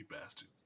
bastard